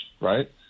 right